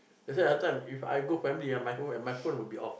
that's why sometimes If I go family ah my phone my phone will be off